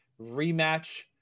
rematch